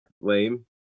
lame